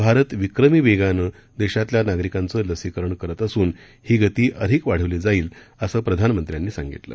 भारत विक्रमी वेगानं देशातल्या नागरिकांचं लसीकरण करत असून ही गती अधिक वाढवली जाईल असं प्रधानमंत्र्यांनी सांगितलं